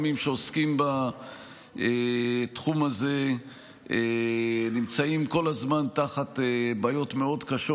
כל הגורמים שעוסקים בתחום הזה נמצאים כל הזמן תחת בעיות מאוד קשות: